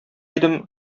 идем